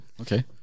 okay